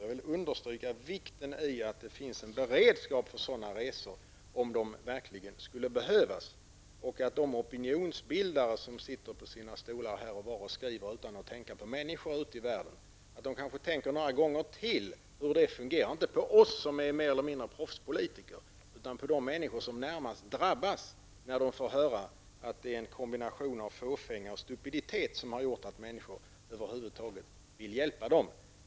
Jag vill understryka vikten i att det finns en beredskap för sådana resor om de verkligen skulle behövas. De opinionsbildare som sitter på sina stolar här och var och skriver utan att tänka på människorna ute i världen, kanske borde tänka efter. Det fungerar inte på oss som är mer eller mindre proffspolitiker, utan på de människor som närmast drabbas när de får höra att det är en kombination av fåfänga och stupiditet som har gjort att man över huvud taget vill hjälpa dem.